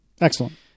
Excellent